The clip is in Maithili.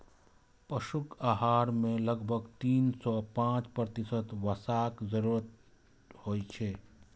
पशुक आहार मे लगभग तीन सं पांच प्रतिशत वसाक जरूरत होइ छै